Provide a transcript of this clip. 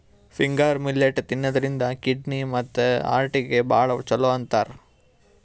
finger millet ತಿನ್ನದ್ರಿನ್ದ kidney ಮತ್ತ್ ಹಾರ್ಟಿಗ್ ಭಾಳ್ ಛಲೋ ಅಂತಾರ್